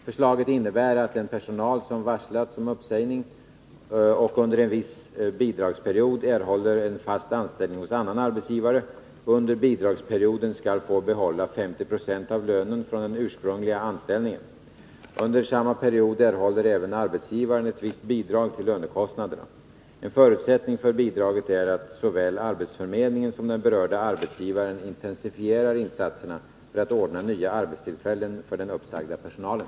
Förslaget innebär att den personal som varslats om uppsägning och under en viss bidragsperiod erhåller en fast anställning hos en annan arbetsgivare, under bidragsperioden skall få behålla 50 96 av lönen från den ursprungliga anställningen. Under samma period erhåller även arbetsgivaren ett visst bidrag till lönekostnaderna. En förutsättning för bidraget är att såväl arbetsförmedlingen som den berörda arbetsgivaren intensifierar insatserna för att ordna nya arbetstillfällen för den uppsagda personalen.